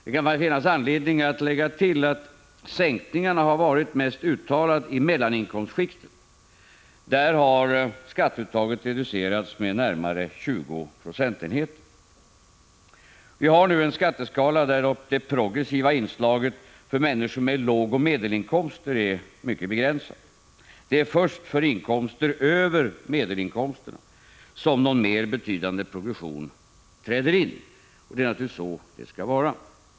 Det kan finnas anledning att lägga till att sänkningarna har varit mest uttalade i mellaninkomstskikten. Där har skatteuttaget reducerats med närmare 20 procentenheter. Vi har nu en skatteskala där det progressiva inslaget för människor med låga inkomster och medelinkomster är mycket begränsat. Det är först för inkomster över medelinkomsterna som någon mer betydande progression träder in. Det är naturligtvis så det skall vara.